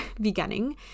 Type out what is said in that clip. beginning